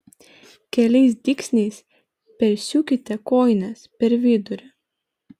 keliais dygsniais persiūkite kojines per vidurį